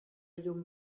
llum